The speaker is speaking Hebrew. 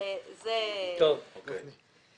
אני